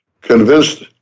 convinced